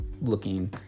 looking